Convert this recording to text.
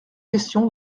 question